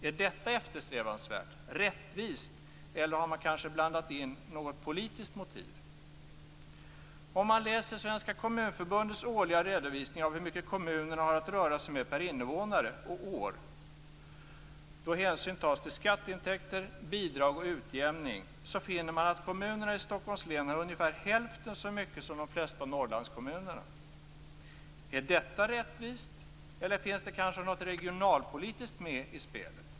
Är detta eftersträvansvärt, rättvist, eller har man kanske blandat in något politiskt motiv? Om man läser i Svenska kommunförbundets årliga redovisning av hur mycket kommunerna har att röra sig med per invånare och år då hänsyn tas till skatteintäkter, bidrag och utjämning finner man att kommunerna i Stockholms län har ungefär hälften så mycket som de flesta Norrlandskommuner. Är detta rättvist, eller finns det kanske något regionalpolitiskt med i spelet?